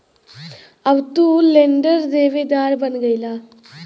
अब तू लेंडर देवेदार बन गईला